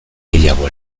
gehiago